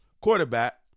quarterback